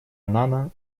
аннана